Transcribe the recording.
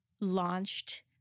launched